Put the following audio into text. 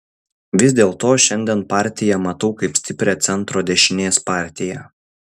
vis dėlto šiandien partiją matau kaip stiprią centro dešinės partiją